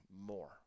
more